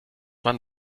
man